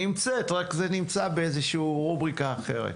נמצאת, רק זה נמצא ברובריקה אחרת.